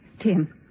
Tim